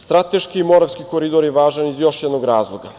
Strateški, Moravski koridor je važan iz još jednog razloga.